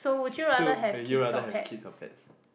so would you rather have kids or pets